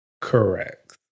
Correct